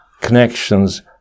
connections